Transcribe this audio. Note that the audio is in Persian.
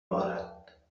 بارد